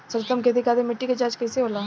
सर्वोत्तम खेती खातिर मिट्टी के जाँच कइसे होला?